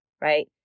right